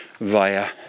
via